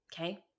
Okay